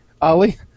Ali